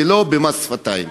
ולא במס שפתיים.